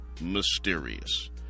mysterious